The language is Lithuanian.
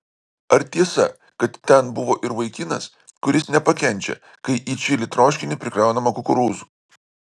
ar tiesa kad ten buvo ir vaikinas kuris nepakenčia kai į čili troškinį prikraunama kukurūzų